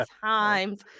times